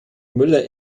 müller